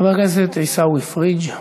חבר הכנסת עיסאווי פריג',